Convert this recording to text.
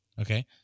Okay